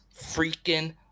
freaking